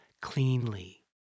cleanly